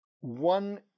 one